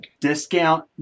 Discount